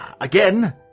Again